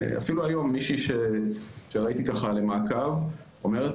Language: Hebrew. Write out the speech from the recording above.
אפילו היום מישהי שראיתי למעקב אומרת,